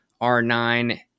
r9